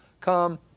come